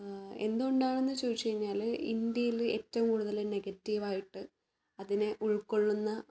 എന്ത് കൊണ്ടാണെന്ന് ചോദിച്ച് കഴിഞ്ഞാൽ ഇന്ത്യയിൽ ഏറ്റവും കൂടുതൽ നെഗറ്റീവായിട്ട് അതിനെ ഉൾക്കൊള്ളുന്ന